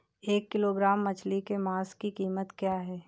एक किलोग्राम मछली के मांस की कीमत क्या है?